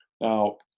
Now